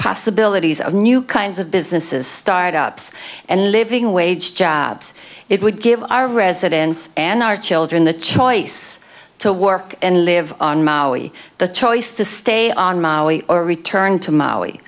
possibilities of new kinds of businesses start ups and living wage jobs it would give our residents and our children the choice to work and live on maui the choice to stay on or return to maui